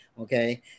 okay